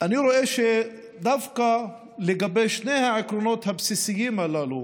אני רואה שדווקא לגבי שני העקרונות הבסיסיים הללו